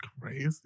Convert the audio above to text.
crazy